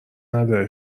نداره